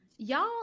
Y'all